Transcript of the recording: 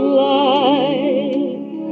light